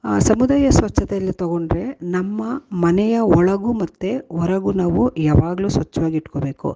ಸಮುದಾಯ ಸ್ವಚ್ಛತೆಯಲ್ಲಿ ತಗೊಂಡರೆ ನಮ್ಮ ಮನೆಯ ಒಳಗೂ ಮತ್ತು ಹೊರಗೂ ನಾವು ಯಾವಾಗಲೂ ಸ್ವಚ್ಛವಾಗಿಟ್ಕೋಬೇಕು